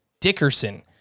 Dickerson